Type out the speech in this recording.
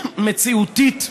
מציאותית,